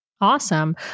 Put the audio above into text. Awesome